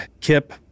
Kip